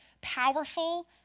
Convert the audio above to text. powerful